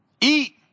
Eat